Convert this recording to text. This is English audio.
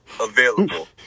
available